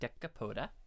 Decapoda